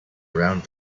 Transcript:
around